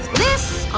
this?